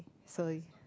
so